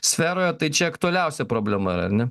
sferoje tai čia aktualiausia problema ar ne